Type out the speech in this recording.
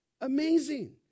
Amazing